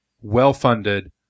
well-funded